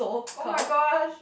oh-my-gosh